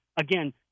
Again